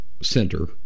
center